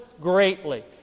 greatly